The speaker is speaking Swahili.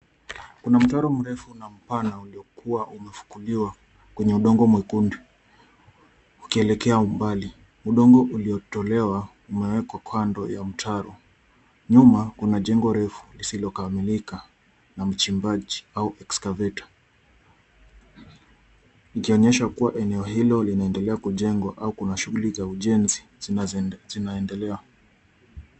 Kuna mataro mrefu na mpana uliokuwa umefukuliwa kwenye udongo mwekundu ukielekea umbali. Udongo uliotolewa umewekwa kando ya mtaro. Nyuma kuna jengo refu lisilokamilika na mchimbaji au excavator , ikionyesha kuwa eneo hilo linaendelea kujengwa au kuna shughuli za ujenzi zinaendelea.